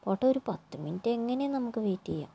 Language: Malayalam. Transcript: പോട്ടെ ഒരു പത്തു മിനുറ്റ് എങ്ങനെയും നമുക്ക് വെയിറ്റ് ചെയ്യാം